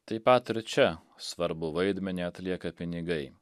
taip pat ir čia svarbų vaidmenį atlieka pinigai